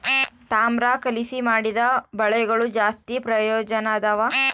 ತಾಮ್ರ ಕಲಿಸಿ ಮಾಡಿದ ಬಲೆಗಳು ಜಾಸ್ತಿ ಪ್ರಯೋಜನದವ